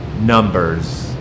numbers